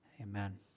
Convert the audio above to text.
Amen